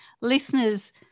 listeners